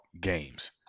games